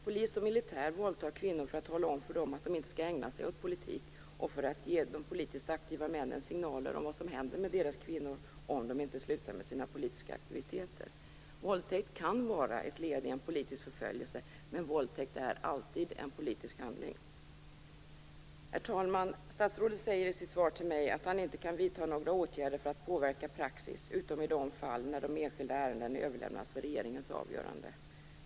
Polis och militär våldtar kvinnor för att tala om för dem att de inte skall ägna sig åt politik och för att ge de politiskt aktiva männen signaler om vad som händer med deras kvinnor om de inte slutar med sina politiska aktiviteter. Våldtäkt kan vara ett led i en politisk förföljelse, men våldtäkt är alltid en politisk handling. Herr talman! Statsrådet säger i sitt svar till mig att han inte kan vidta några åtgärder för att påverka praxis, utom i de fall där de enskilda ärendena överlämnas för regeringens avgörande.